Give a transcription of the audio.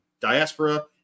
diaspora